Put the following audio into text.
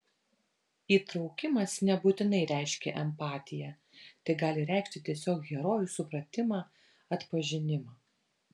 įtraukimas nebūtinai reiškia empatiją tai gali reikšti tiesiog herojų supratimą atpažinimą